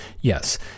Yes